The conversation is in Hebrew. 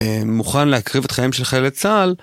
אה... מוכן להקריב את החיים של חיילי צה״ל...